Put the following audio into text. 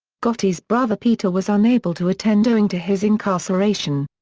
gotti's brother peter was unable to attend owing to his incarceration.